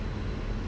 (uh huh)